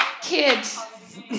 kids